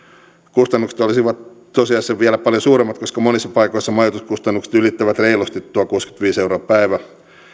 kustannukset olisivat tosiasiassa vielä paljon suuremmat koska monissa paikoissa majoituskustannukset ylittävät reilusti tuon kuusikymmentäviisi euroa päivässä